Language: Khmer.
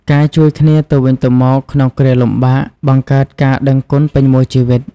ការជួយគ្នាទៅវិញទៅមកក្នុងគ្រាលំបាកបង្កើតការដឹងគុណពេញមួយជីវិត។